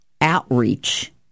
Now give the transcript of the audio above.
outreach